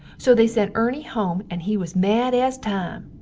so they sent erny home and he was mad as time.